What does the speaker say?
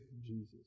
Jesus